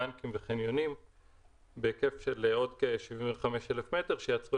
בנקים וחניונים בהיקף של עוד כ-75,000 מ"ר שייצרו